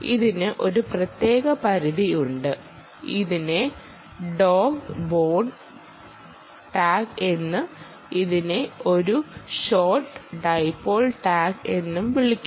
ഇതിന് ഒരു പ്രത്യേക പരിധി ഉണ്ട് ഇതിനെ ഡോഗ് ബോൺ ടാഗ് എന്നും ഇതിനെ ഒരു ഷോർട്ട് ഡൈപോൾ ടാഗ് എന്നും വിളിക്കുന്നു